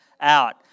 out